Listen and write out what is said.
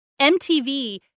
MTV